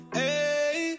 hey